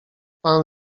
pan